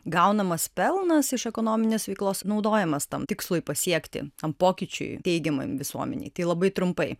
gaunamas pelnas iš ekonominės veiklos naudojamas tam tikslui pasiekti tam pokyčiui teigiamam visuomenei tai labai trumpai